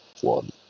one